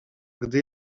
gdy